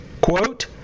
Quote